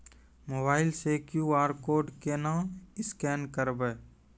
Mobile से QR code केना scan करबै?